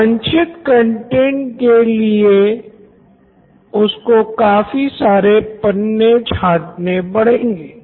वांछित कंटैंट के लिए उसको काफी सारे पन्ने छांटने पड़ेंगे